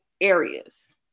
areas